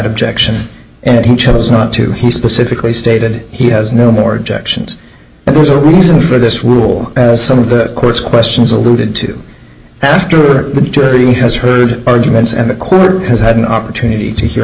objection and he chose not to he specifically stated he has no more objections and there's a reason for this rule as some of the court's questions alluded to after the jury has heard arguments and the court has had an opportunit